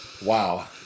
Wow